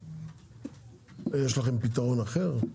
יש לכם פתרון אחר?